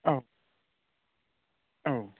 औ औ